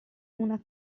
una